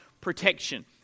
protection